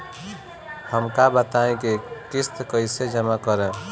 हम का बताई की किस्त कईसे जमा करेम?